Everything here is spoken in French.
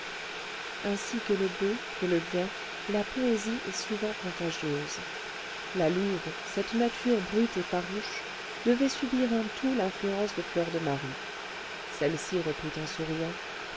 ainsi que le beau que le bien la poésie est souvent contagieuse la louve cette nature brute et farouche devait subir en tout l'influence de fleur de marie celle-ci reprit en souriant